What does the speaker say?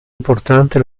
importante